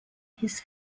his